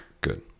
good